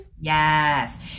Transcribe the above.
Yes